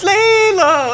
Layla